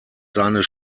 seines